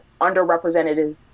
underrepresented